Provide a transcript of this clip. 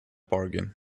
bargain